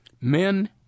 men